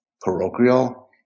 parochial